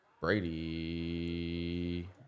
Brady